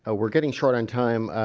ah we're getting short on time.